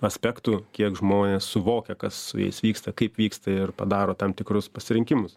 aspektų kiek žmonės suvokia kas su jais vyksta kaip vyksta ir padaro tam tikrus pasirinkimus